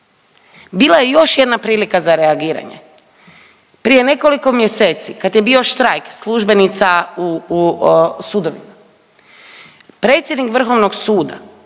Bila je još jedna prilika za reagiranje. Prije nekoliko mjeseci kad je bio štrajk službenica u sudovima predsjednik Vrhovnog suda